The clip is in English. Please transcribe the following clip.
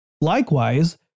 Likewise